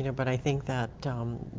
you know but i think that